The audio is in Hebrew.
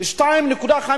2.5